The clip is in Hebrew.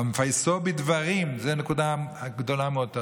והמפייסו בדברים" זו נקודה גדולה מאוד.